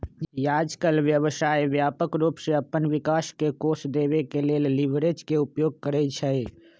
याजकाल व्यवसाय व्यापक रूप से अप्पन विकास के कोष देबे के लेल लिवरेज के उपयोग करइ छइ